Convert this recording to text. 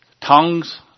Tongues